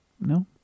No